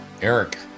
Eric